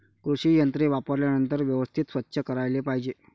कृषी यंत्रे वापरल्यानंतर व्यवस्थित स्वच्छ करायला पाहिजे